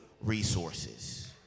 resources